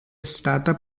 stata